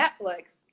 Netflix